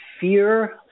fear